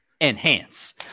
Enhance